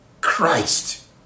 Christ